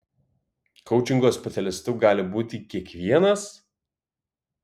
koučingo specialistu gali būti kiekvienas